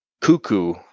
Cuckoo